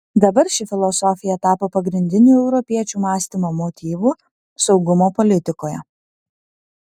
dabar ši filosofija tapo pagrindiniu europiečių mąstymo motyvu saugumo politikoje